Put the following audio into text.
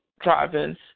driving